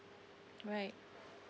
right